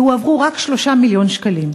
והועברו רק 3 מיליון שקלים,